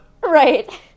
right